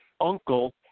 uncle